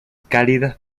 cálidas